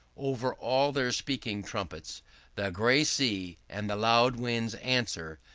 over all their speaking trumpets the gray sea and the loud winds answer,